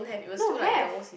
no have